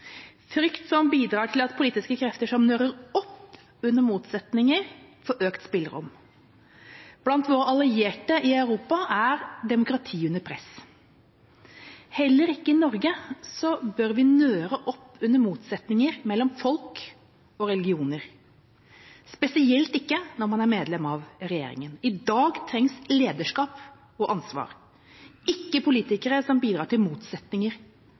frykt som bidrar til at politiske krefter som nører opp under motsetninger, får økt spillerom. Blant våre allierte i Europa er demokratiet under press. Heller ikke i Norge bør vi nøre opp under motsetninger mellom folk og religioner, spesielt ikke når man er medlem av regjeringa. I dag trengs lederskap og ansvar, ikke politikere som bidrar til motsetninger